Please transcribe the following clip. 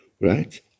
right